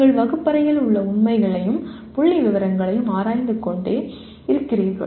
நீங்கள் வகுப்பறையில் உள்ள உண்மைகளையும் புள்ளிவிவரங்களையும் ஆராய்ந்து கொண்டே இருக்கிறீர்கள்